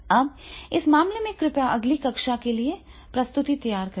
अब इस मामले में कृपया अगली कक्षा के लिए प्रस्तुति तैयार करें